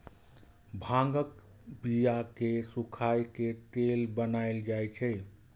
भांगक बिया कें सुखाए के तेल बनाएल जाइ छै